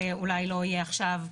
זה אולי לא יהיה עכשיו,